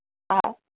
हा